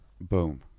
Boom